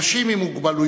אנשים עם מוגבלויות